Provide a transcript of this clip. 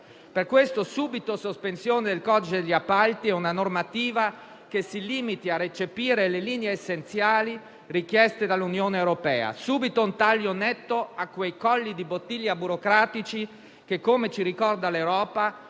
Per questo occorrono subito la sospensione del codice degli appalti e una normativa che si limiti a recepire le linee essenziali richieste dall'Unione europea; subito occorre un taglio netto a quei colli di bottiglia burocratici che, come ci ricorda l'Europa,